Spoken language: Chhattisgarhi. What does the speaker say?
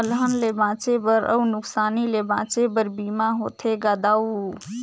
अलहन ले बांचे बर अउ नुकसानी ले बांचे बर बीमा होथे गा दाऊ